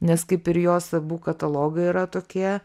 nes kaip ir jos abu katalogai yra tokie